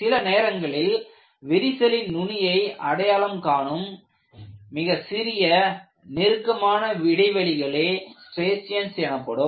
சில நேரங்களில் விரிசலின் நுனியை அடையாளம் காணும் மிகச் சிறிய நெருக்கமான இடைவெளிகளே ஸ்ட்ரியேஷன்ஸ் எனப்படும்